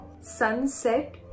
Sunset